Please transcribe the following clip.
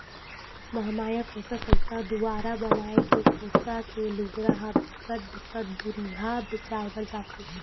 महमाया कोसा संस्था दुवारा बनाए गे कोसा के लुगरा ह बिकट बिकट दुरिहा बेचाय बर जाथे